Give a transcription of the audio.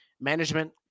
management